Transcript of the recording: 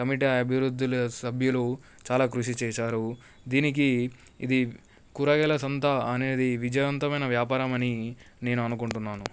committee అభివృద్ధిలో సభ్యులు చాలా కృషి చేసారు దీనికి ఇది కూరగాయల సంత అనేది విజయంతమైన వ్యాపారం అని నేను అనుకుంటున్నాను